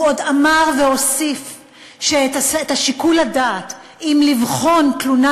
הוא עוד אמר והוסיף ששיקול הדעת אם לבחון תלונה